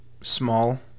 Small